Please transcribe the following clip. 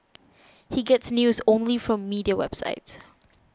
he gets news only from media websites